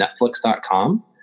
netflix.com